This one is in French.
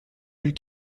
plus